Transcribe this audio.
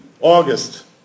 August